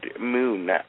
moon